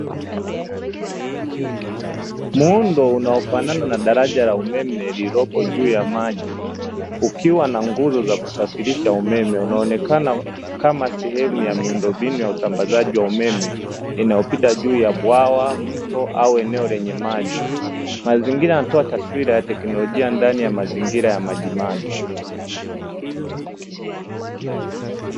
Muundo unaofanana na daraja la umeme lililopo juu ya maji, ukiwa na nguzo za kusafirisha umeme unaonekana kama sehemu ya miundombinu ya usambazaji wa umeme, inayopita juu ya bwawa, mto ama eneo lenye maji, mazingira yanatoa teknolojia ndani ya mazingira yenye maji maji.